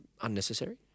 unnecessary